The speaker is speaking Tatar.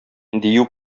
дию